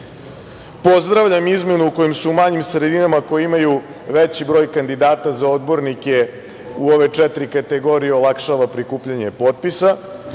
lista. Pozdravljam izmenu kojom se u manjim sredinama koje imaju veći broj kandidata za odbornike u ove četiri kategorije olakšava prikupljanje potpisa.